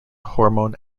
hormone